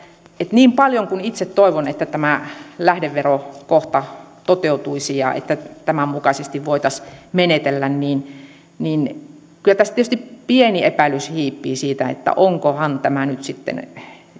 niin paljon kuin itse toivon että tämä lähdeverokohta toteutuisi ja että tämän mukaisesti voitaisiin menetellä niin niin kyllä tässä tietysti pieni epäilys hiipii siitä että onkohan tämä nyt sitten